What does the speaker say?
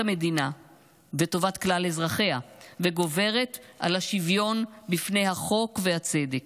המדינה וטובת כלל אזרחיה וגוברת על השוויון בפני החוק והצדק.